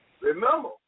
Remember